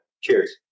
Cheers